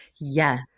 Yes